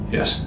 Yes